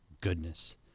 goodness